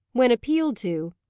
when appealed to,